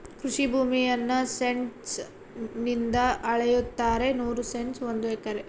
ಕೃಷಿ ಭೂಮಿಯನ್ನು ಸೆಂಟ್ಸ್ ನಿಂದ ಅಳೆಯುತ್ತಾರೆ ನೂರು ಸೆಂಟ್ಸ್ ಒಂದು ಎಕರೆ